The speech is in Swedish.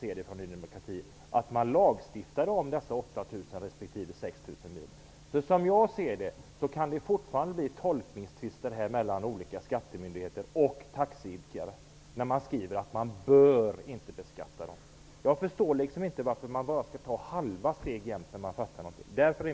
Enligt Ny demokrati fattar man nu ett beslut i rätt riktning, men det kan fortfarande bli tolkningstvister mellan olika skattemyndigheter och taxiägare, eftersom det står att taxiägarna inte bör beskattas. Jag förstår inte varför man alltid skall ta halva steg när man fattar beslut.